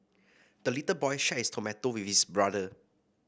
the little boy shared his tomato with his brother